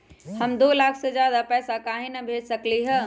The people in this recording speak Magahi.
हम दो लाख से ज्यादा पैसा काहे न भेज सकली ह?